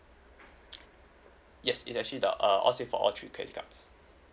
yes is actually the uh all same for all three credit cards